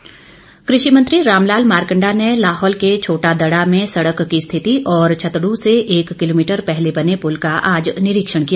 मारकंडा कृषि मंत्री रामलाल मारकंडा ने लाहौल के छोटा दड़ा में सड़क की स्थिति और छतड़ से एक किलोमीटर पहले बने पुल का आज निरीक्षण किया